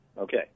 Okay